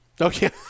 Okay